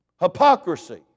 Hypocrisy